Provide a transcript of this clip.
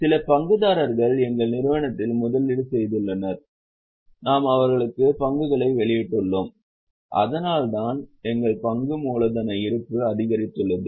சில பங்குதாரர்கள் எங்கள் நிறுவனத்தில் முதலீடு செய்துள்ளனர் நாம் அவர்களுக்கு பங்குகளை வெளியிட்டுள்ளோம் அதனால்தான் எங்கள் பங்கு மூலதன இருப்பு அதிகரித்துள்ளது